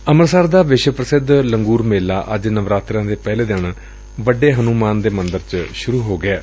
ਅੰਮਿਤਸਰ ਦਾ ਵਿਸ਼ਵ ਪ੍ਰਸਿੱਧ ਲੰਗੁਰ ਮੇਲਾ ਅੱਜ ਨਵਰਾਤਿਆ ਦੇ ਪਹਿਲੇ ਦਿਨ ਵੱਡੇ ਹਨੁਮਾਨ ਮੰਦਰ ਚ ਸ਼ੁਰੁ ਹੋ ਗਿਐ